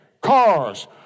cars